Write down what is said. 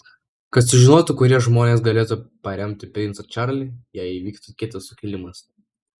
kad sužinotų kurie žmonės galėtų paremti princą čarlį jei įvyktų kitas sukilimas